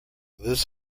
this